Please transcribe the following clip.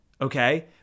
okay